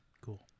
Cool